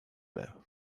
байв